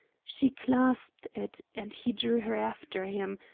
she clasped it, and he drew her after him,